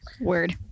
word